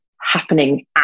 happening